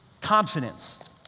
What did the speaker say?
Confidence